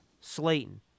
Slayton